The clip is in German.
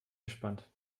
gespannt